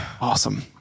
Awesome